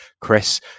Chris